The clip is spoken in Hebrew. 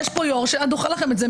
יש פה יו"ר שהיה דוחה לכם את זה.